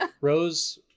Rose